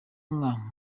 nka